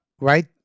right